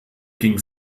ging